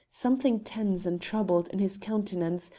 something tense and troubled in his countenance,